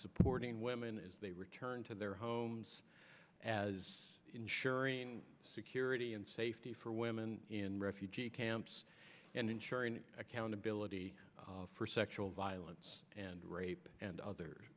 supporting women as they return to their homes as ensuring security and safety for women in refugee camps and ensuring accountability for sexual violence and rape and other